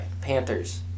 Panthers